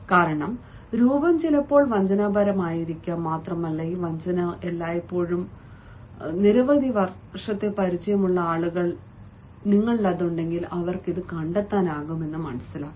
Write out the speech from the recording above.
കാരണം രൂപം ചിലപ്പോൾ വഞ്ചനാപരമായിരിക്കാം മാത്രമല്ല ഈ വഞ്ചന എല്ലായ്പ്പോഴും നിരവധി വർഷത്തെ പരിചയമുള്ള ആളുകൾ കണ്ടെത്തുകയും അവർക്ക് നിങ്ങൾ ശ്രമിക്കുന്ന രീതി കണ്ടെത്താനും കഴിയും